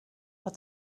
but